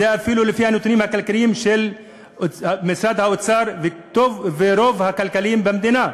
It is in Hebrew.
אפילו לפי הנתונים הכלכליים של משרד האוצר ורוב הכלכלנים במדינה,